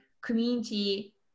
community